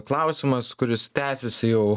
klausimas kuris tęsiasi jau